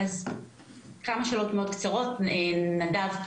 כמה שאלות מאוד קצרות נדב.